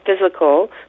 physical